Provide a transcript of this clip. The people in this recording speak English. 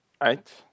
Right